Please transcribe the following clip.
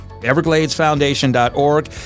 EvergladesFoundation.org